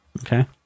Okay